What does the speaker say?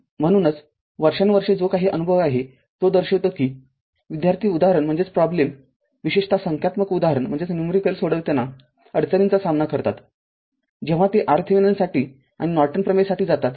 म्हणूनच वर्षानुवर्षे जो काही अनुभव आहे तो दर्शवितो कीविद्यार्थी उदाहरण विशेषतः संख्यात्मक उदाहरण सोडविताना अडचणींचा सामना करतातजेव्हा ते RThevenin's साठी आणि नॉर्टन्स प्रमेयसाठी जातात